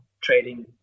trading